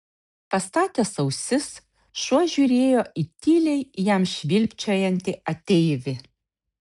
pastatęs ausis šuo žiūrėjo į tyliai jam švilpčiojantį ateivį